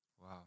wow